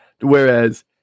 Whereas